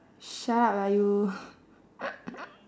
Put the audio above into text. shut up lah you